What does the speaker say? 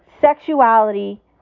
sexuality